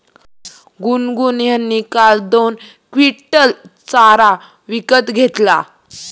गुनगुन यांनी काल दोन क्विंटल चारा विकत घेतला